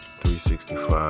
365